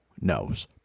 knows